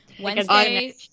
Wednesday